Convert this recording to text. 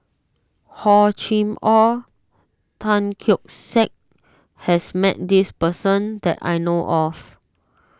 Hor Chim or Tan Keong Saik has met this person that I know of